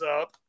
up